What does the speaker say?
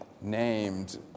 named